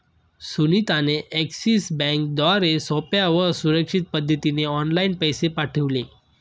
सुनीता ने एक्सिस बँकेद्वारे सोप्या व सुरक्षित पद्धतीने ऑनलाइन पैसे पाठविले